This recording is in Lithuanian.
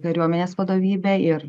kariuomenės vadovybe ir